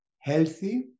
healthy